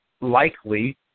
likely